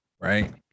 right